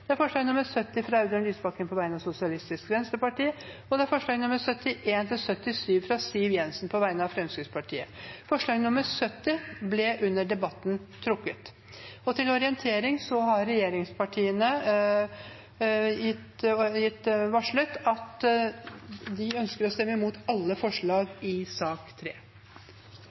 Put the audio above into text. Sosialistisk Venstreparti forslag nr. 70, fra Audun Lysbakken på vegne av Sosialistisk Venstreparti forslagene nr. 71–77, fra Siv Jensen på vegne av Fremskrittspartiet Forslag nr. 70 ble under debatten trukket. Til orientering har regjeringspartiene varslet at de ønsker å stemme imot alle forslag til sak